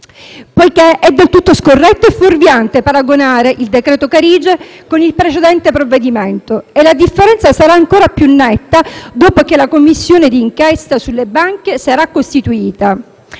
poiché è del tutto scorretto e fuorviante paragonare il decreto Carige con il precedente provvedimento. La differenza sarà ancora più netta dopo che la Commissione d'inchiesta sulle banche sarà costituita.